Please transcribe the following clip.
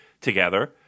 together